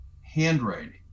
handwriting